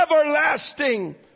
Everlasting